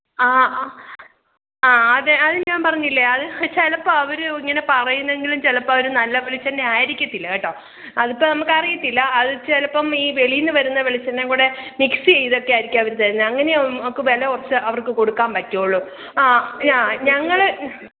ആഹ് ആഹ് ആ അത് അത് ഞാന് പറഞ്ഞില്ലേ അത് ചിലപ്പം അവരും ഇങ്ങനെ പറയുന്നെങ്കിലും ചിലപ്പം അവർ നല്ല വെളിച്ചെണ്ണയായിരിക്കത്തില്ല കേട്ടോ അതിപ്പം നമുക്ക് അറിയത്തില്ല അത് ചിലപ്പം ഈ വെളിയിൽനിന്ന് വരുന്ന വെളിച്ചെണ്ണയും കൂടെ മിക്സ് ചെയ്ത് ഒക്കെ ആരിക്കും അവർ തരുന്നത് അങ്ങനെയ നമുക്ക് വില കുറച്ച് അവര്ക്ക് കൊടുക്കാന് പറ്റുവൊള്ളൂ ആഹ് ആഹ് ഞങ്ങൾ